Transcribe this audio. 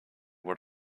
what